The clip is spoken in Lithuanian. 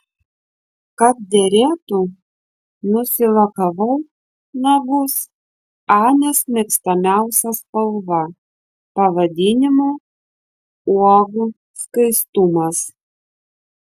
kad derėtų nusilakavau nagus anės mėgstamiausia spalva pavadinimu uogų skaistumas